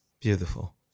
Beautiful